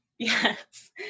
Yes